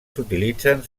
s’utilitzen